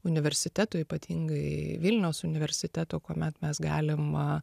universitetų ypatingai vilniaus universiteto kuomet mes galim